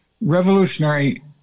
revolutionary